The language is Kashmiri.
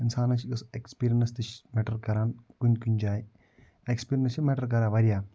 اِنسانَس چھِ گٔژھ اٮ۪کٕسپریٖنَس تہِ چھِ مٮ۪ٹَر کران کُنہِ کُنہِ جایہِ اٮ۪کٕسپریٖنَس چھِ مٮ۪ٹَر کران واریاہ